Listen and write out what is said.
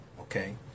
okay